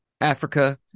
Africa